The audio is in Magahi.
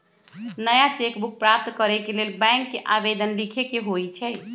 नया चेक बुक प्राप्त करेके लेल बैंक के आवेदन लीखे के होइ छइ